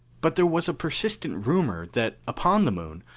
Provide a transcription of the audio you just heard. but there was a persistent rumor that upon the moon,